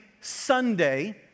Sunday